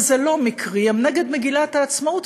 וזה לא מקרי: הם נגד מגילת העצמאות,